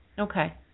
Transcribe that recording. Okay